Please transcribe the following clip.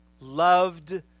loved